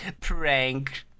prank